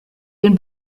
den